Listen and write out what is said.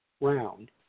round